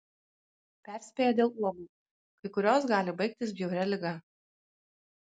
perspėja dėl uogų kai kurios gali baigtis bjauria liga